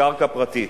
היא קרקע פרטית.